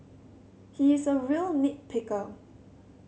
he is a real nit picker